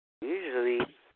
Usually